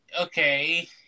Okay